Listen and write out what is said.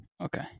Okay